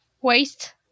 waste